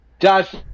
josh